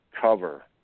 cover